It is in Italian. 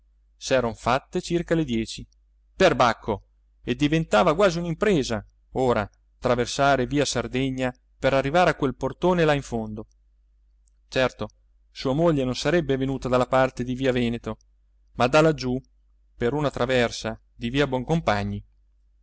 indietro s'eran fatte circa le dieci perbacco e diventava quasi un'impresa ora traversare via sardegna per arrivare a quel portone là in fondo certo sua moglie non sarebbe venuta dalla parte di via veneto ma da laggiù per una traversa di via boncompagni